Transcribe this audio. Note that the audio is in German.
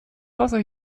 wasser